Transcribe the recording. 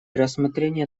рассмотрение